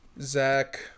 Zach